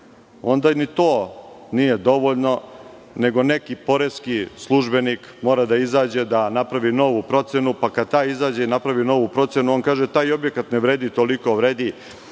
ni to nije dovoljno nego neki poreski službenik mora da izađe da napravi novu procenu, pa kada taj izađe i napravi novu procenu, on kaže – taj objekat ne vredi toliko, vredi,